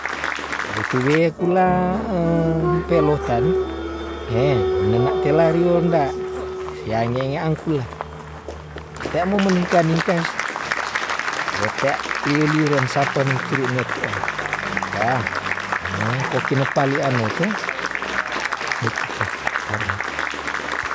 E tuwe kula empe lota no heh nena tela rio nda siange angkula, tea mo meningka- ningkas otea liu- liuren sapa ni turu ne tua, kah heh ko kine palian no toh ni tute tarimakase.